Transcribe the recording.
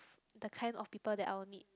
the kind of people that I will need